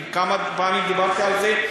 וכמה פעמים דיברתי על זה,